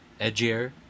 edgier